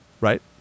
right